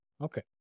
Okay